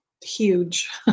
huge